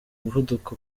muvuduko